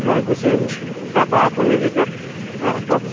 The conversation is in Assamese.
মই গুচি আহিম তাৰপৰা আপুনি যেতিয়া অঁ কওক